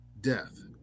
death